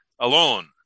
alone